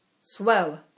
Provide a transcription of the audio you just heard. Swell